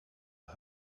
the